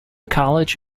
college